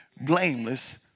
blameless